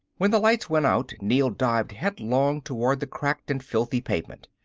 when the lights went out, neel dived headlong towards the cracked and filthy pavement.